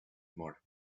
more